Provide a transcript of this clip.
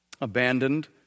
abandoned